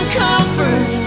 comfort